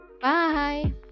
bye